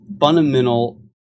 fundamental